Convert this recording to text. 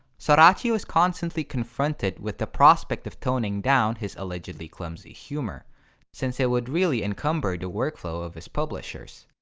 sorachi was constantly confronted with the prospect of toning down his allegedly-clumsy humor since it would really encumber the workflow of his publishers.